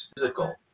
physical